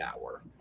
hour